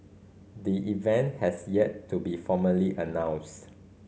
the event has yet to be formally announced